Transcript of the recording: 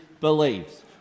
believes